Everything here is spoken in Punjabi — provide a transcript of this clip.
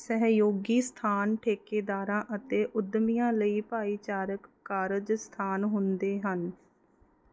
ਸਹਿਯੋਗੀ ਸਥਾਨ ਠੇਕੇਦਾਰਾਂ ਅਤੇ ਉੱਦਮੀਆਂ ਲਈ ਭਾਈਚਾਰਕ ਕਾਰਜ ਸਥਾਨ ਹੁੰਦੇ ਹਨ